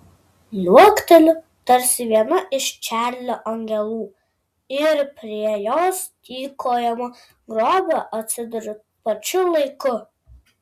liuokteliu tarsi viena iš čarlio angelų ir prie jos tykojamo grobio atsiduriu pačiu laiku